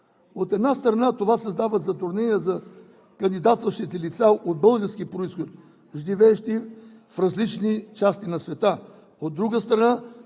От една страна, това създава затруднения за кандидатстващите лица от български произход, живеещи в различни части на света. От друга страна,